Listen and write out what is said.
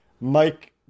Mike